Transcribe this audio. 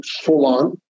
full-on